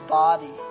body